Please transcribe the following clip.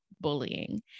bullying